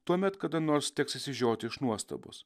tuomet kada nors teks išsižioti iš nuostabos